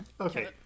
Okay